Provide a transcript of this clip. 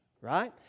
Right